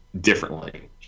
differently